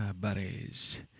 buddies